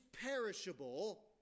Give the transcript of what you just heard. perishable